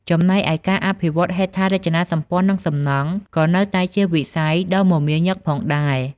ចំណែកឯ ការអភិវឌ្ឍន៍ហេដ្ឋារចនាសម្ព័ន្ធ និងសំណង់ ក៏នៅតែជាវិស័យដ៏មមាញឹកផងដែរ។